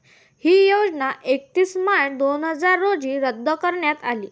ही योजना एकतीस मार्च दोन हजार रोजी रद्द करण्यात आली